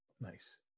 Nice